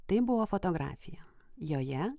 tai buvo fotografija joje